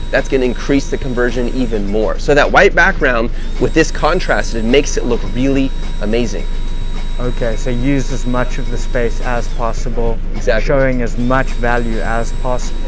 that's going to increase the conversion even more. so that white background with this contrast, it makes it look really amazing okay, so use as much of the space as possible. these are showing as much value as possible,